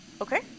Okay